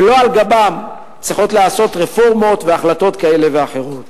ולא על גבם צריכות להיעשות רפורמות והחלטות כאלה ואחרות.